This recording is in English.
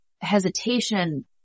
hesitation